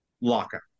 Locker